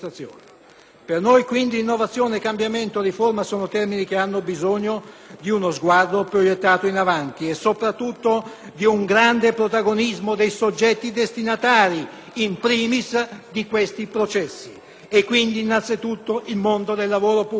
Per noi innovazione, cambiamento e riforma sono termini che hanno bisogno di uno sguardo proiettato in avanti e, soprattutto, di un grande protagonismo dei soggetti destinatari*in primis* di questi processi e quindi, innanzitutto, il mondo del lavoro pubblico,